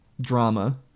drama